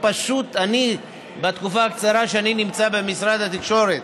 פשוט בתקופה הקצרה שאני נמצא במשרד התקשורת